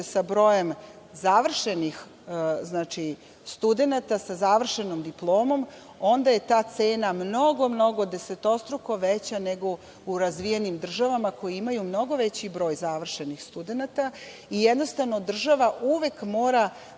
sa brojem studenata sa završenom diplomom onda je ta cena mnogo, mnogo, desetostruko veća nego u razvijenim državama koje imaju mnogo veći broj završenih studenata i jednostavno država uvek mora